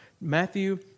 Matthew